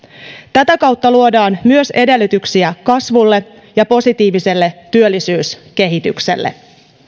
tätä kautta luodaan myös edellytyksiä kasvulle ja positiiviselle työllisyyskehitykselle